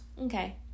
Okay